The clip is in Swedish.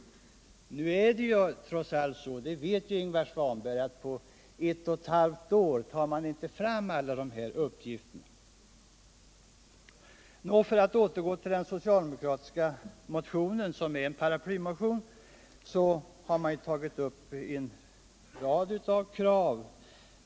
Ingvar Svanberg vet emellertid att man inte på ett och eu halvt år kan lösa alla dessa uppgifter. Jag återgår till den socialdemokratiska motionen, där man fört fram en rad krav.